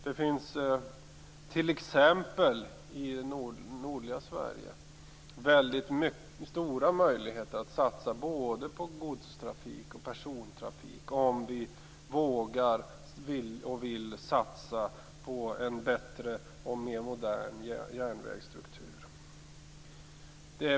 Det finns t.ex. i nordliga Sverige stora möjligheter att satsa på både godstrafik och persontrafik om vi vågar och vill satsa på en bättre och mer modern järnvägsstruktur.